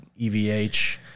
EVH